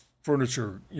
furniture